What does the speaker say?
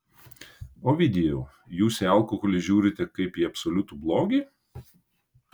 ovidijau jūs į alkoholį žiūrite kaip į absoliutų blogį